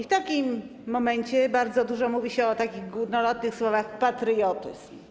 W takim momencie bardzo dużo mówi się takich górnolotnych słów jak „patriotyzm”